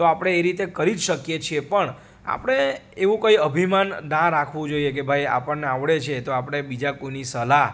તો આપણે એ રીતે કરી જ શકીએ છીએ પણ આપણે એવું કઈ અભિમાન ના રાખવું જોઈએ કે ભાઈ આપણને આવડે છે તો આપડે બીજા કોઈની સલાહ